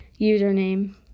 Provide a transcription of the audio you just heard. username